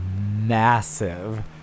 massive